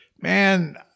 man